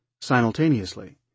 simultaneously